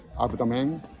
abdomen